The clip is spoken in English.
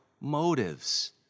motives